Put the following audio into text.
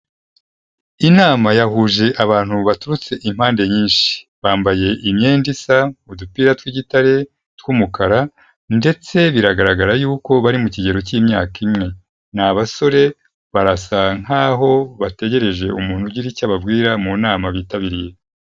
Inama yahuje abantu baturutse impande nyinshi, bambaye imyenda isa udupira tw'igitare tw'umukara ndetse biragaragara yuko bari mu kigero cy'imyaka imwe, ni abasore birasa nkaho bategereje umuntu ugira icyo ababwira mu nama bitabiriye.